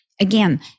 again